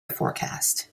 forecast